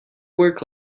work